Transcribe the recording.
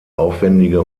aufwändige